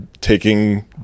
taking